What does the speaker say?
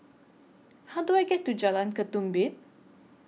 How Do I get to Jalan Ketumbit